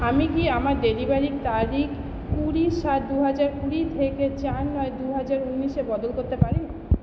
আমি কি আমার ডেলিভারির তারিখ কুড়ি সাত দু হাজার কুড়ি থেকে চার নয় দু হাজার উনিশে বদল করতে পারি